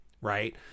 right